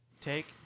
take